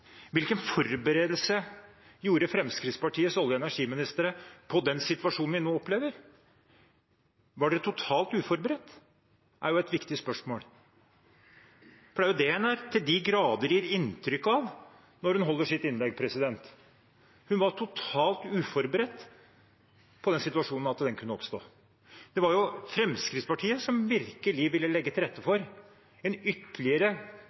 gjorde Fremskrittspartiets olje- og energiministre for den situasjonen vi nå opplever? Var man totalt uforberedt? Det er et viktig spørsmål, for det er jo det hun til de grader gir inntrykk av når hun holder sitt innlegg. Hun var totalt uforberedt på at den situasjonen kunne oppstå. Det var jo Fremskrittspartiet som virkelig ville legge til rette for en ytterligere